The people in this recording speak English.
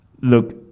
look